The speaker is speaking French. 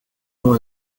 nom